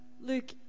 Luke